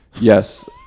Yes